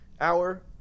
hour